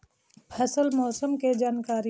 फसल मौसम के जानकारी?